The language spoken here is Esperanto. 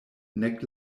nek